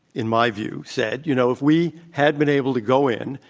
in my view said, you know, if we had been able to go in,